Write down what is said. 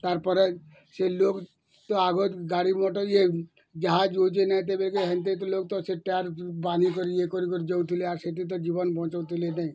ତାର ପରେ ସେ ଲୋକ ଆଗର୍ ଗାଡ଼ିମଟର ଇଏ ଯାହା ଯାଉଛନ୍ ହେଁତେ ତୁଲ ସେ ଟାୟାର୍ ବାନି କରି ଯାଉଥିଲେ ଆରୁ ସେଠି ତ ଜୀବନ ବଞ୍ଚଉଥିଲେ ନେଇଁ